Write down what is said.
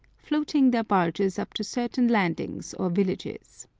floating their barges up to certain landings or villages.